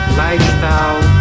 lifestyle